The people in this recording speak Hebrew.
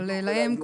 אבל להם,